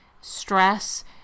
stress